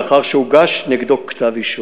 לאחר שהוגש נגדו כתב אישום.